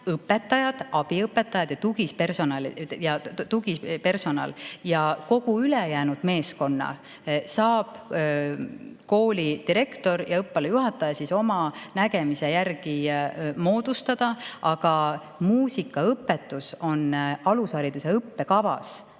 õpetajad, abiõpetajad ja tugipersonal. Kogu ülejäänud meeskonna saavad direktor ja õppealajuhataja oma äranägemise järgi moodustada. Aga muusikaõpetus on alushariduse õppekavas